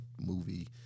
movie